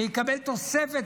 שיקבל תוספת